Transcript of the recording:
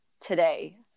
today